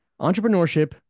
Entrepreneurship